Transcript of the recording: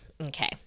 Okay